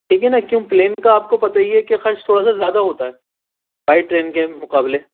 ٹھیک ہے نا کیوں پلین کا آپ کو پتا ہی ہے کہ خرچ تھوڑا سا زیادہ ہوتا ہے بائی ٹرین کے مقابلے